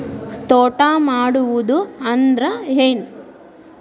ತೋಟ ಮಾಡುದು ಅಂದ್ರ ಏನ್?